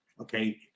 Okay